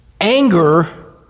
Anger